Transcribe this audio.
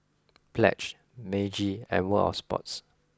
Pledge Meiji and World Of Sports